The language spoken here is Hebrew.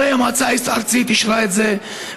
הרי המועצה הארצית אישרה את זה,